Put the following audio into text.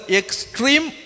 extreme